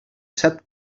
set